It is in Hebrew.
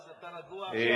שמע אותך, שאתה רגוע עכשיו.